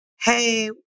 Hey